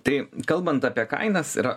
tai kalbant apie kainas ir